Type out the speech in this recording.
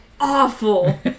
awful